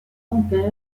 tampere